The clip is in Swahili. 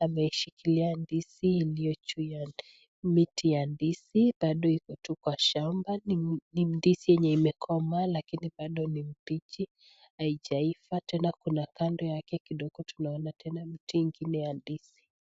ameshikilia ndizi iliyo juu yake miti ya ndizi bado iko tu kwa shamba hii ndizi yenye imekoma lakini bado ni mbichi haijaiva alafu kando yake kidogo tunaona miti ingine ya ndizi.